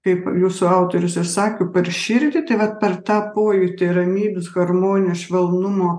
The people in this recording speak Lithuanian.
kaip jūsų autorius ir sako per širdį tai vat per tą pojūtį ramybės harmonijos švelnumo